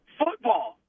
football